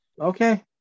okay